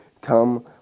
Come